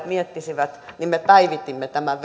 miettisivät me päivitimme tämän